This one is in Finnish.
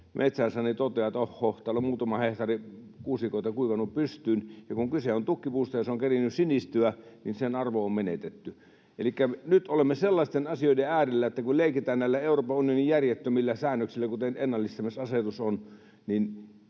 metsäänsä, niin toteaa, että ohhoh, täällä on muutama hehtaari kuusikoita kuivanut pystyyn, ja kun kyse on tukkipuusta ja se on kerinnyt sinistyä, niin sen arvo on menetetty. Elikkä nyt olemme sellaisten asioiden äärellä, että kun leikitään näillä Euroopan unionin järjettömillä säännöksillä, kuten ennallistamisasetus on, niin